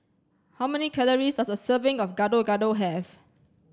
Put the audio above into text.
how many calories does a serving of Gado gado have